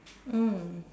mm